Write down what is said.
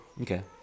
Okay